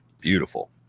beautiful